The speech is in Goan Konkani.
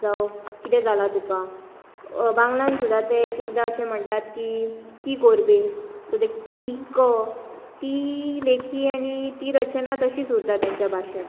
जावं किदें जालां तुका बांग्लान सुद्दां ते एक एकदा अशें म्हणटात की कि कोरबे सो ते कि क ती लेखी आनी रचना तशीच उरता तेच्या भाशेंत